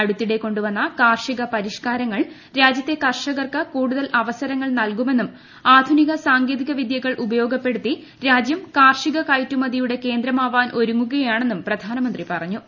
അടുത്തിടെ കൊണ്ടുവന്ന കാർഷിക പരിഷ്ക്കാരങ്ങൾ രാജ്യത്തെ കർഷകർക്ക് കൂടുതൽ അവസരങ്ങൾ നൽകുമെന്നും ആധുനിക സാങ്കേതിക വിദ്യകൾ ഉപയോഗപ്പെടുത്തൂി രാജ്യം കാർഷിക കയറ്റുമതിയുടെ കേന്ദ്രമാവാൻ ഒരുങ്ങുകിയാണെന്നും പ്രധാനമന്ത്രി പറഞ്ഞു